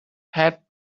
had